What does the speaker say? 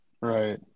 right